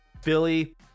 philly